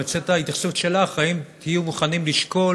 אני רוצה את ההתייחסות שלך, האם תהיו מוכנים לשקול